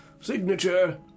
signature